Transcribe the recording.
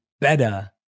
better